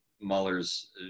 Mueller's